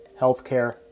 healthcare